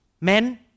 Men